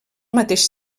mateix